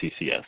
CCS